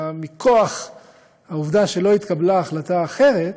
אלא מכוח העובדה שלא התקבלה החלטה אחרת,